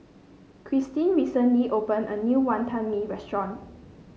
Kristin recently opened a new Wantan Mee restaurant